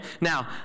Now